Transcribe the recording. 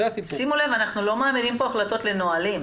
שימו לב, אנחנו לא מעבירים פה החלטות על נהלים.